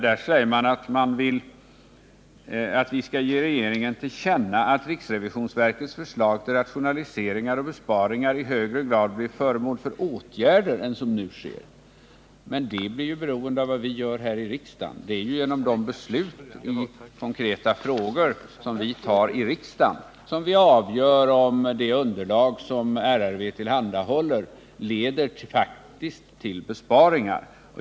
Man säger att vi skall ge regeringen till känna att riksrevisionsverkets förslag till rationaliseringar och besparingar i högre grad skall bli föremål för åtgärder än som nu sker. Men det är ju beroende av vad vi gör här i riksdagen! Det är genom de beslut i konkreta frågor som vi fattar i riksdagen som vi avgör om det underlag som RRYV tillhandahåller faktiskt leder till besparingar.